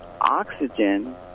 oxygen